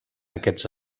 aquests